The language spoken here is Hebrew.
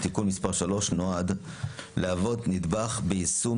תיקון מס' 3 נועד להוות נדבך ביישום